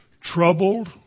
troubled